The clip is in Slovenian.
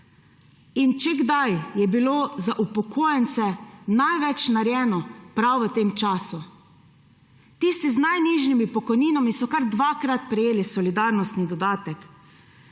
Če kdaj, je bilo za upokojence največ narejeno prav v tem času. Tisti z najnižjimi pokojninami so kar dvakrat prejeli solidarnostni dodatek.